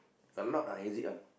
a lot of exit one